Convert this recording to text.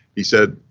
he said,